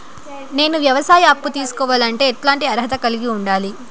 నేను వ్యవసాయ అప్పు తీసుకోవాలంటే ఎట్లాంటి అర్హత కలిగి ఉండాలి?